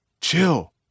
Chill